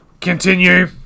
Continue